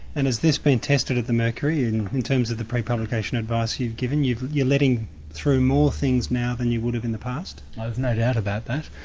and has this been tested at the mercury in terms of the pre-publication advice you've given? you're letting through more things now than you would have in the past? i've no doubt about that.